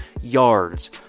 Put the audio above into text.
Yards